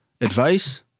advice